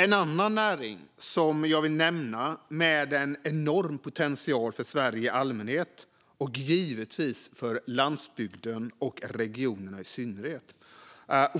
En annan näring med enorm potential för Sverige i allmänhet och givetvis för landsbygden och regionerna i synnerhet,